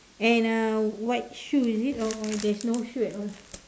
and uh white shoe is it or there's no shoe at all